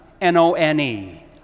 N-O-N-E